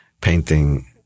painting